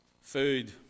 food